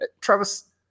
Travis